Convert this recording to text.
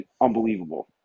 unbelievable